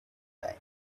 time